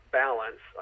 balance